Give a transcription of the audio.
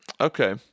Okay